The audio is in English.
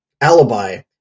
alibi